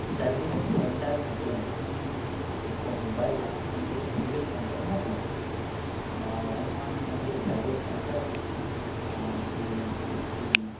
service centre मोकिलिईं जेको mobile आहे हुन जे सर्विस सेंटर मोकिलिईं मां वियुमि मां हुननि जे सर्विस सेंटर मुंहिंजी जेकी